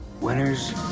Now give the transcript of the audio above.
Winners